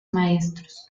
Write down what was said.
maestros